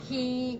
he